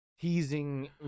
teasing